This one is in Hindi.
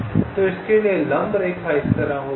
तो इसके लिए लंब रेखा इस तरह होगी